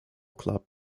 club